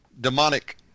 demonic